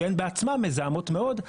שהן בעצמן מזהמות מאוד,